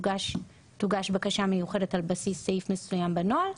שתוגש בקשה מיוחדת על בסיס סעיף מסוים בנוהל,